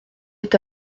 est